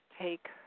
take